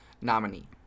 nominee